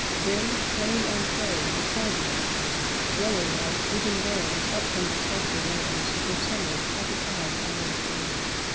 then, flame on flame, the cardinals came, blowing like driven brands up from the sultry lands where summer's happy fires always burn.